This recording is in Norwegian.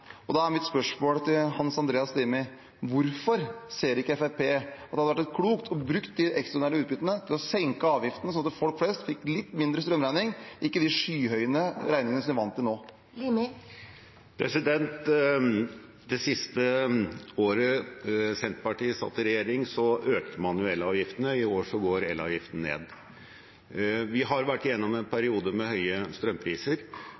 Da er mitt spørsmål til Hans Andreas Limi: Hvorfor ser ikke Fremskrittspartiet at det hadde vært klokt å bruke de ekstraordinære utbyttene til å senke avgiftene, sånn at folk flest fikk litt lavere strømregning, ikke de skyhøye regningene som de er vant til nå? Det siste året Senterpartiet satt i regjering, økte man elavgiftene. I år går elavgiften ned. Vi har vært gjennom en periode med høye strømpriser.